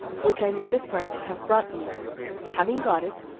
which i made a sign to have brought me having got it,